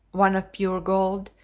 one of pure gold,